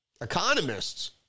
economists